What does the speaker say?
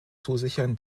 zusichern